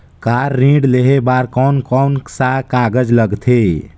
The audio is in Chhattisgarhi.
कार ऋण लेहे बार कोन कोन सा कागज़ लगथे?